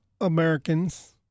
Americans